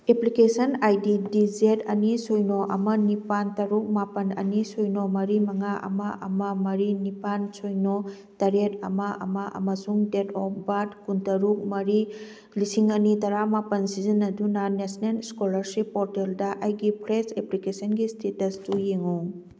application I D digit ꯑꯅꯤ ꯁꯤꯅꯣ ꯑꯃ ꯅꯤꯄꯥꯜ ꯇꯔꯨꯛ ꯃꯥꯄꯜ ꯑꯅꯤ ꯁꯤꯅꯣ ꯃꯔꯤ ꯃꯉꯥ ꯑꯃ ꯑꯃ ꯃꯔꯤ ꯅꯤꯄꯥꯜ ꯁꯤꯅꯣ ꯇꯔꯦꯠ ꯑꯃ ꯑꯃ ꯑꯃꯁꯨꯡ ꯗꯦꯠ ꯑꯣꯐ ꯕꯥꯔꯠ ꯀꯨꯟꯇꯔꯨꯛ ꯃꯔꯤ ꯂꯤꯁꯤꯡ ꯑꯅꯤ ꯇꯔꯥꯃꯥꯄꯜ ꯁꯤꯖꯤꯟꯅꯗꯨꯅ ꯅꯦꯁꯅꯦꯜ ꯏꯁꯀꯣꯂꯥꯔꯁꯤꯞ ꯄꯣꯔꯇꯦꯜꯗ ꯑꯩꯒꯤ ꯐ꯭ꯔꯦꯁ ꯑꯦꯄ꯭ꯂꯤꯀꯦꯁꯟꯒꯤ ꯏꯁꯇꯦꯇꯁꯇꯨ ꯌꯦꯡꯉꯨ